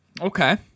Okay